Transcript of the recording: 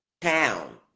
town